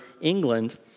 England